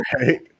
right